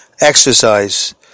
Exercise